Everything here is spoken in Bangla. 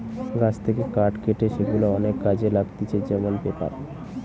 গাছ থেকে কাঠ কেটে সেগুলা অনেক কাজে লাগতিছে যেমন পেপার